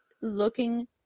looking